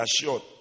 Assured